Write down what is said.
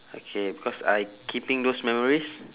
okay because I keeping those memories